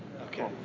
Okay